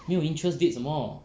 没有 interest date 什么